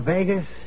Vegas